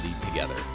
together